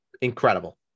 incredible